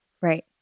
Right